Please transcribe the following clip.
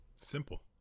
Simple